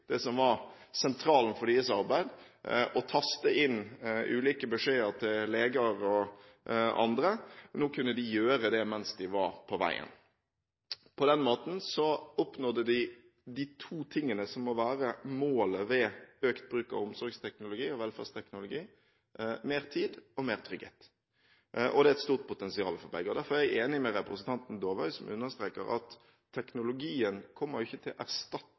det som var sentralen for deres arbeid og taste inn ulike beskjeder til leger og andre. Nå kunne de gjøre det mens de var på veien. På den måten oppnådde de de to tingene som må være målet ved økt bruk av omsorgsteknologi og velferdsteknologi: mer tid og mer trygghet. Det er et stort potensial for begge. Derfor er jeg enig med representanten Dåvøy, som understreker at teknologien kommer jo ikke til